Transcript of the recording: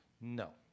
No